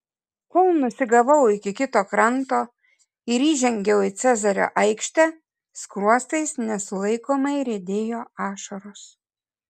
kol nusigavau iki kito kranto ir įžengiau į cezario aikštę skruostais nesulaikomai riedėjo ašaros